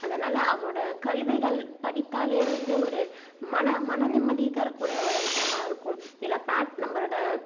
அதனால் அவரோட கவிதைகள் படித்தாலே வந்து ஒரு மன மனநிம்மதியை தரக்கூடிய ஒரு விஷயமா இருக்கும் இல்லை பேட் நம்மளோட